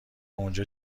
اونجا